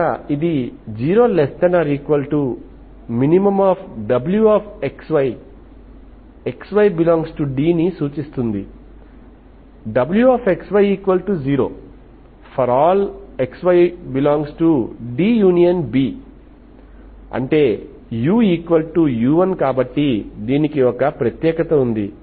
కనుక ఇది 0≤minwxy xy∈D ని సూచిస్తుందిwxy0 ∀xy∈D∪Bఅంటే u1u2కాబట్టి దీనికి ఒక ప్రత్యేకత ఉంది